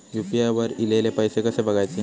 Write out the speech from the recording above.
UPI वर ईलेले पैसे कसे बघायचे?